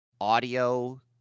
audio